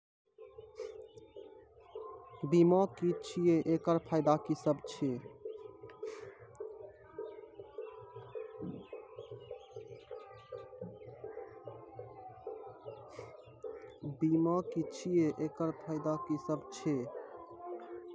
बीमा की छियै? एकरऽ फायदा की सब छै?